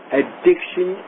addiction